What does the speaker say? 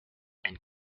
and